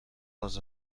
les